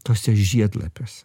tuose žiedlapiuose